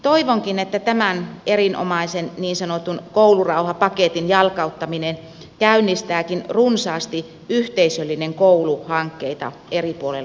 toivonkin että tämän erinomaisen niin sanotun koulurauhapaketin jalkauttaminen käynnistääkin runsaasti yhteisöllinen koulu hankkeita eri puolilla suomea